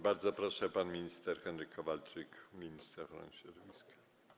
Bardzo proszę, pan minister Henryk Kowalczyk, minister środowiska.